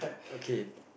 okay